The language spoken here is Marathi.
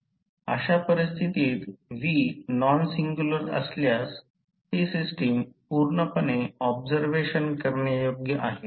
अशा परिस्थितीत V नॉन सिंग्युलर असल्यास ही सिस्टम पूर्णपणे ऑब्झरवेशन करण्यायोग्य आहे